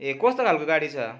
ए कस्तो खाले गाडी छ